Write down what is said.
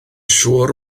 siŵr